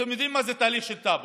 אתם יודעים מה זה תהליך של טאבו.